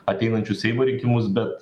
ateinančius seimo rinkimus bet